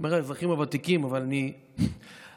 אומר "האזרחים הוותיקים" אבל אני חושב